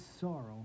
sorrow